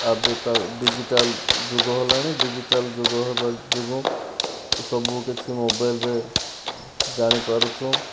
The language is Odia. ଏବେ ତ ଡିଜିଟାଲଯୁଗ ହେଲାଣି ଡିଜିଟାଲଯୁଗ ହେବା ଯୋଗୁଁ ସବୁ କିଛି ମୋବାଇଲରେ ଜାଣିପାରୁଛୁ